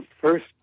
First